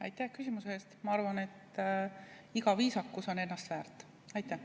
Aitäh küsimuse eest! Ma arvan, et iga viisakus on ennast väärt. Aitäh